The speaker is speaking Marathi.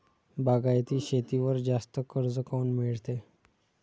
बागायती शेतीवर जास्त कर्ज काऊन मिळते?